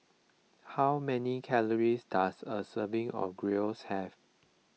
how many calories does a serving of Gyros have